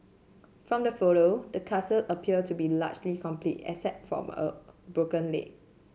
from the photo the appeared to be largely complete except from a broken